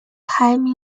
排名